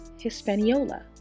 Hispaniola